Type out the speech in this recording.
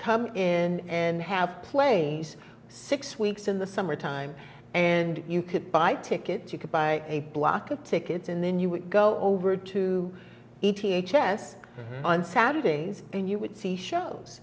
come in and have play six weeks in the summertime and you could buy tickets you could buy a block of tickets and then you would go over to e t h s on saturdays and you would see shows